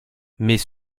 mais